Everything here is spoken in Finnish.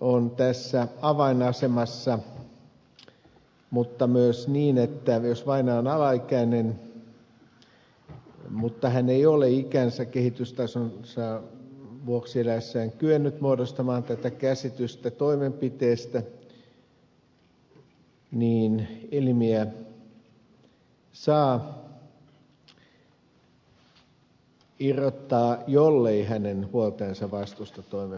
on tässä avainasemassa mutta myös niin että jos vainaja on alaikäinen mutta hän ei ole ikänsä kehitystasonsa vuoksi eläessään kyennyt muodostamaan tätä käsitystä toimenpiteestä niin elimiä saa irrottaa jollei hänen huoltajansa vastusta toimenpidettä